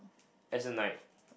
as in like